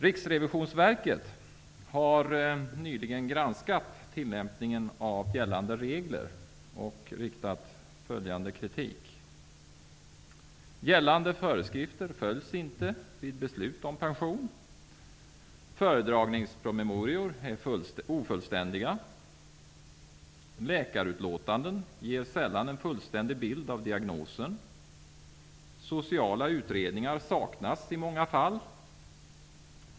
Riksrevisionsverket har nyligen granskat tillämpningen av gällande regler och har framfört följande kritik. Föredragningspromemorior är ofullständiga. Läkarutlåtanden ger sällan en fullständig bild av diagnosen.